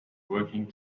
working